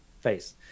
face